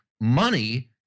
money